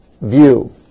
view